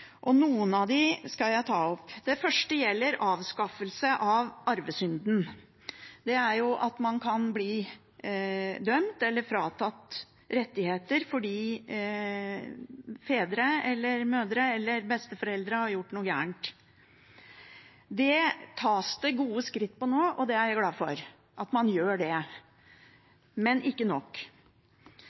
og noen av dem skal jeg ta opp. Den første gjelder avskaffelse av arvesynden. Det er at man kan bli dømt eller fratatt rettigheter fordi fedre, mødre eller besteforeldre har gjort noe galt. Det tas det gode skritt for nå. Jeg er glad for at man gjør det, men det gjøres ikke nok.